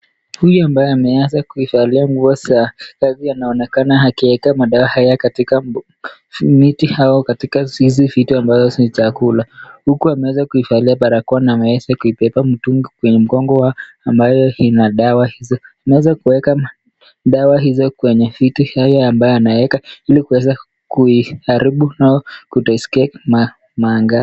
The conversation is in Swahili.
Huyu ambaye ameanza kuivalia nguo za kazi anaoanekana akiweka madawa haya katika miti au katika zizi vitu ambazo si chakula huku ameweza kuivalia barakoa na ameiweza kuibeba mtungi kwenye mgongo wake ambayo ina dawa hizo. Tunaweza kuweka dawa hizo kwenye vitu haya ambayo anaweka ili kuweza kuiharibu au kutoiskia manga.